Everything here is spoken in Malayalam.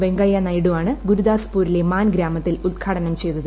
വെങ്കയ്യ നായിഡുവാണ് ഗുരുദാസ്പൂരിലെ മാൻ ഗ്രാമത്തിൽ ഉദ്ഘാടനം ചെയ്തത്